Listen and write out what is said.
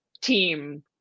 team